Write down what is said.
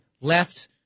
left